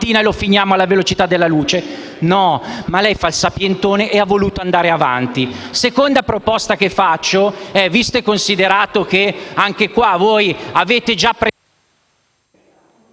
Ma lei fa il sapientone e ha voluto andare avanti.